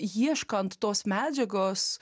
ieškant tos medžiagos